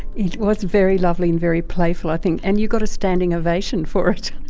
it was very lovely and very playful i think, and you got a standing ovation for it.